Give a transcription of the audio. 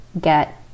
get